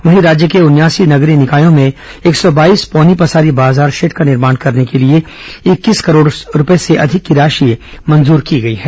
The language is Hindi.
वहीं राज्य के उनयासी नगरीय निकायों में एक सौ बाईस पौनी पसारी बाजार शेड का निर्माण करने के लिए इकतीस करोड़ से अधिक की राशि मंजूर की गई है